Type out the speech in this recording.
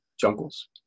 jungles